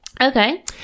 okay